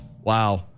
Wow